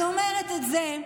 אני אומרת את זה,